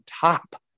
top